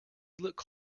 looked